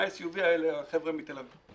ה-SUV האלה, החבר'ה מתל אביב.